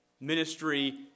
ministry